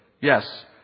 Yes